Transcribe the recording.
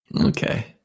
Okay